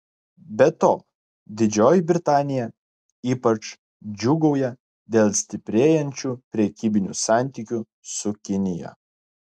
be to didžioji britanija ypač džiūgauja dėl stiprėjančių prekybinių santykių su kinija